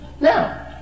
Now